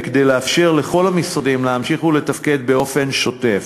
וכדי לאפשר לכל המשרדים להמשיך ולתפקד באופן שוטף,